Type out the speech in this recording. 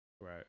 right